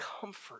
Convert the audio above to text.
comfort